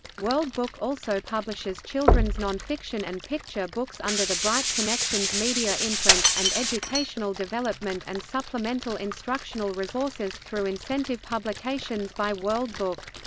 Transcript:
world book also publishes children's non-fiction and picture books under the bright connections media imprint, and educational development and supplemental instructional resources through incentive publications by world book.